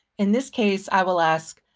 in this case, i will ask,